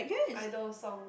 idol song